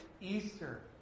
Easter